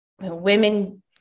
women